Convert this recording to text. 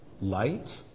Light